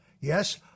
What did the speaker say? yes